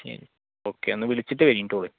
ശരി ഓക്കേ ഒന്ന് വിളിച്ചിട്ട് ഇറങ്ങിക്കോളൂ